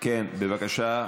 כן, בבקשה.